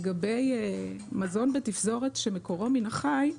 לגבי מזון בתפזורת שמקורו מן החי,